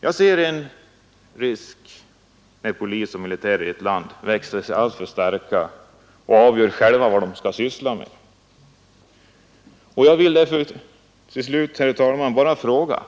Jag ser det som en risk när polis och militär i ett land växer sig alltför starka och själva avgör vad de skall syssla med. Och jag vill därför fråga: